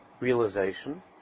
realization